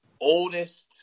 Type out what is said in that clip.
oldest